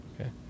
Okay